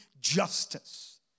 justice